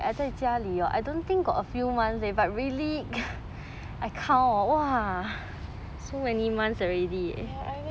ya I